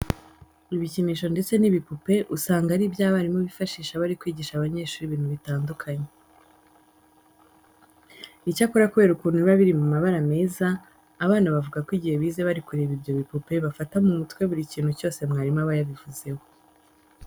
Ibikinisho ndetse n'ibipupe usanga ari byo abarimu bifashisha bari kwigisha abanyeshuri ibintu bitandukanye. Icyakora kubera ukuntu biba biri mu mabara meza, abana bavuga ko igihe bize bari kureba ibyo bipupe bafata mu mutwe buri kintu cyose mwarimu aba yabivuzeho.